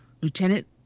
Lieutenant